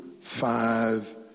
five